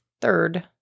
third